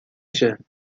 شود